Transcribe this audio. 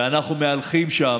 ואנחנו מהלכים שם,